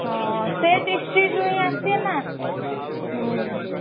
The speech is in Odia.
ହଁ ସେ ଡିସଟିଡ଼ି ରୁ ହିଁ ଆସିବେ ନା ହୁଁ